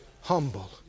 humble